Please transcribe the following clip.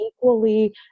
equally